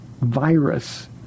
virus